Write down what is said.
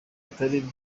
atari